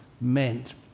meant